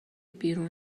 بیرون